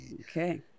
okay